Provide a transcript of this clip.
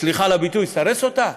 סליחה על הביטוי, שיסרס אותה?